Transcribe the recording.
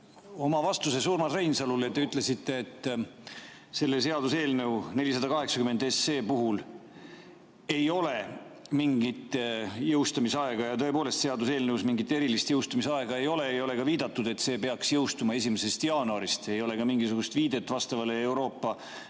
Oma vastuses Urmas Reinsalule te ütlesite, et seaduseelnõu 480 puhul ei ole mingit jõustumisaega, ja tõepoolest, seaduseelnõus mingit erilist jõustumisaega ei ole. Ei ole viidatud, et see peaks jõustuma 1. jaanuarist, ei ole ka mingisugust viidet vastavale Euroopa